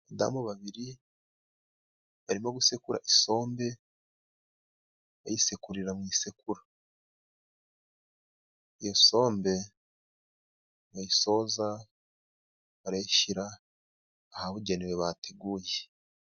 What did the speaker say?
Abadamu babiri barimo gusekura isombe bayisekurira mu isekuru, iyo sombe nibayisoza barayishyira ahabugenewe bateguye.